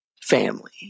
family